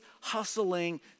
hustling